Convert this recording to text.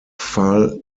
val